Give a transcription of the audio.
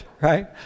Right